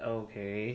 okay